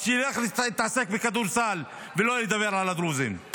אז שילך להתעסק בכדורסל, ולא ידבר על הדרוזים.